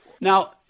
Now